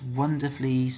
wonderfully